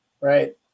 Right